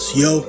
yo